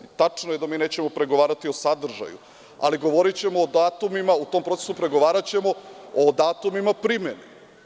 Tačno je da mi nećemo pregovarati o sadržaju, ali govorićemo o datumu, u tom procesu, pregovaraćemo o datumu primene.